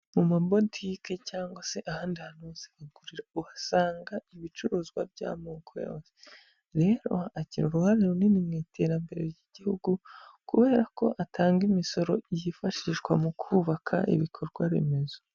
Mu ma butike cyangwa se ahandi hantu hose bagurira, uhasanga ibicuruzwa by'amoko yose, rero agira uruhare runini mu iterambere ry'igihugu kubera ko atanga imisoro yifashishwa mu kubaka ibikorwa remezo.